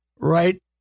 right